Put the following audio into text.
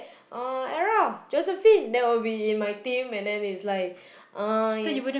uh Era Josephine to be in my team and its like uh